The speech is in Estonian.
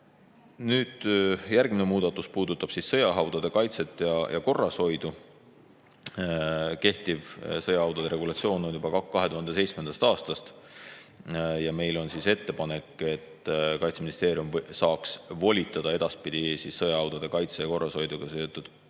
Järgmine muudatus puudutab sõjahaudade kaitset ja korrashoidu. Praegune sõjahaudade regulatsioon kehtib juba 2007. aastast. Meil on ettepanek, et Kaitseministeerium saaks volitada edaspidi sõjahaudade kaitse ja korrashoiuga seotud